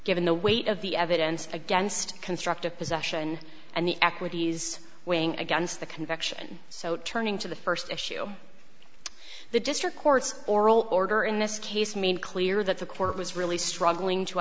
given the weight of the evidence against constructive possession and the equities weighing against the conviction so turning to the first issue the district court's oral order in this case made clear that the court was really struggling to